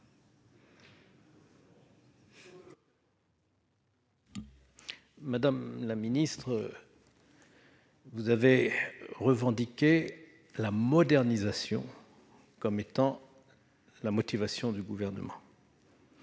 Madame la ministre, vous avez revendiqué la « modernisation » comme étant la motivation du Gouvernement.